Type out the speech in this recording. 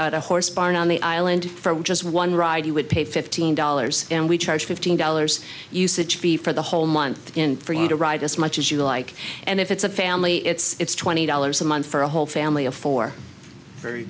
at a horse barn on the island for just one ride you would pay fifteen dollars and we charge fifteen dollars usage fee for the whole month for you to ride as much as you like and if it's a family it's twenty dollars a month for a whole family of four